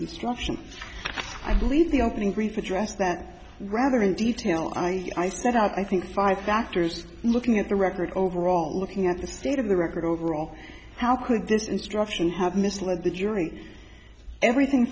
instruction i believe the opening brief address that rather in detail i i set out i think five doctors looking at the record overall looking at the state of the record overall how could this instruction have misled the jury everything